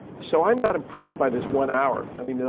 so am not impressed by this one hour. i mean,